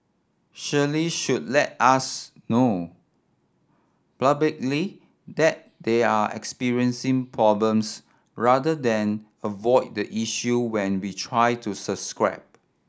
surely should let us know publicly that they're experiencing problems rather than avoid the issue when we try to subscribe